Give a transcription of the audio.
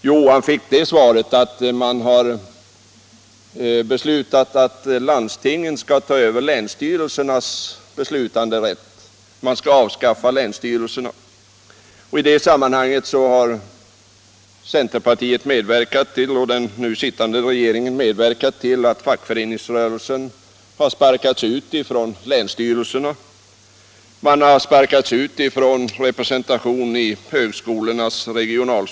Jo, han fick det svaret att man har beslutat att landstingen skall ta över länsstyrelsernas beslutanderätt. Man skall avskaffa länsstyrelserna! I det sammanhanget har centerpartiet och den nu sittande regeringen medverkat till att fackföreningsrörelsen har sparkats ut från länsstyrelserna. Vi har sparkats ut ur högskolans regionalstyrelser och mist representationen där.